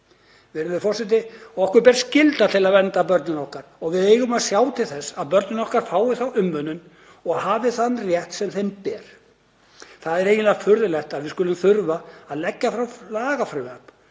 Virðulegur forseti. Okkur ber skylda til að vernda börnin okkar og við eigum að sjá til þess að börnin okkar fái þá umönnun og hafi þann rétt sem þeim ber. Það er eiginlega furðulegt að við skulum þurfa að leggja fram lagafrumvarp